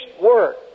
work